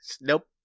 Nope